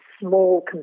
small